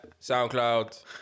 SoundCloud